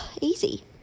Easy